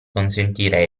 consentire